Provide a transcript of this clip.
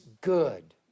good